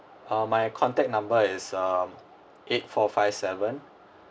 uh my contact number is um eight four five seven